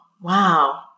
Wow